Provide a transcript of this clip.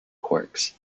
quarks